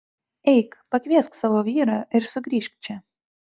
eik pakviesk savo vyrą ir sugrįžk čia